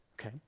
Okay